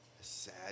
Sad